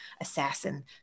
assassin